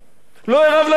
לא ארעב ללחם.